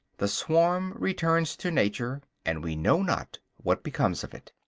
the swarm returns to nature and we know not what becomes of it.